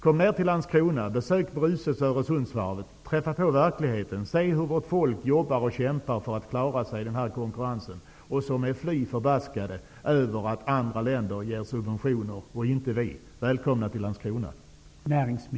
Kom ned till Landskrona, besök Bruces och Öresundsvarvet! Möt verkligheten! Se hur vårt folk jobbar och kämpar för att klara sig i konkurrensen och hur man är fly förbaskad över att andra länder ger subventioner men inte vi.